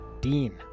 Dean